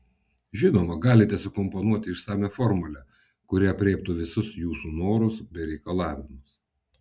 žinoma galite sukomponuoti išsamią formulę kuri aprėptų visus jūsų norus bei reikalavimus